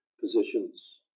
positions